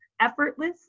effortless